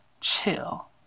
chill